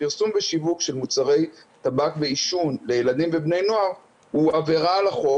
שפרסום ושיווק של מוצרי טבק ועישון לילדים ובני נוער הוא עבירה על החוק,